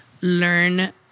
learn